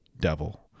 devil